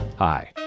Hi